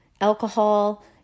alcohol